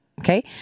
Okay